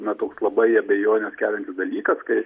na toks labai abejones keliantis dalykas kai